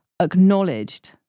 acknowledged